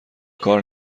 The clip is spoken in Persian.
کار